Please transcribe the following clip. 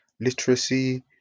literacy